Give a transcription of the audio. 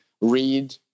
read